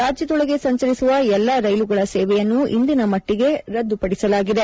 ರಾಜ್ಯದೊಳಗೆ ಸಂಚರಿಸುವ ಎಲ್ಲಾ ರೈಲುಗಳ ಸೇವೆಯನ್ನು ಇಂದಿನ ಮಟ್ಟಿಗೆ ರದ್ದುಪಡಿಸಲಾಗಿದೆ